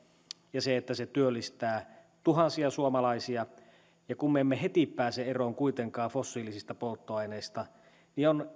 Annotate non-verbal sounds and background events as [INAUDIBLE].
ja että se työllistää tuhansia suomalaisia kun me emme heti pääse eroon kuitenkaan fossiilisista polttoaineista niin on [UNINTELLIGIBLE]